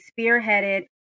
spearheaded